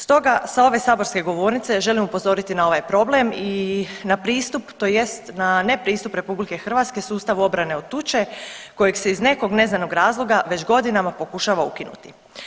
Stoga sa ove saborske govornice želim upozoriti na ovaj problem i na pristup tj. na ne pristup RH sustavu obrane od tuče koji se od nekog neznanog razloga već godinama pokušava ukinuti.